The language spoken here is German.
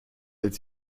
als